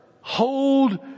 Hold